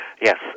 Yes